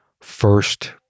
first